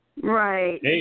Right